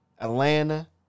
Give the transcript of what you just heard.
Atlanta